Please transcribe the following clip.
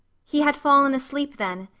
he had fallen asleep then,